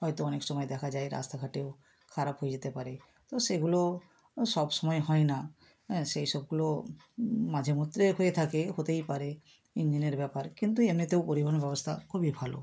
হয়তো অনেক সময় দেখা যায় রাস্তাঘাটেও খারাপ হয়ে যেতে পারে তো সেগুলো সব সময় হয় না হ্যাঁ সেই সবগুলো মাঝে মধ্যে হয়ে থাকে হতেই পারে ইঞ্জিনের ব্যাপার কিন্তু এমনিতেও পরিবহন ব্যবস্থা খুবই ভালো